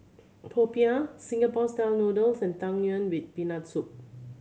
popiah Singapore Style Noodles and Tang Yuen with Peanut Soup